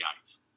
ice